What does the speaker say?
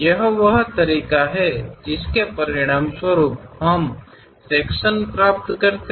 यह वह तरीका है जिसके परिणामस्वरूप हम सेक्शन प्राप्त करते हैं